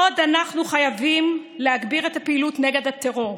עוד אנחנו חייבים להגביר את הפעילות נגד הטרור,